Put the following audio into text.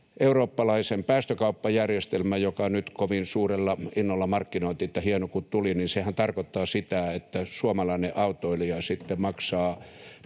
eurooppalaisen päästökauppajärjestelmän, joka nyt kovin suurella innolla markkinoitiin, että hienoa kun tuli. Sehän tarkoittaa sitä, että suomalainen autoilija sitten maksaa